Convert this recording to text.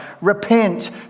repent